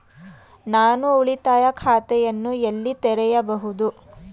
ನಾನು ಉಳಿತಾಯ ಖಾತೆಯನ್ನು ಎಲ್ಲಿ ತೆರೆಯಬಹುದು?